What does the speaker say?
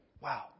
Wow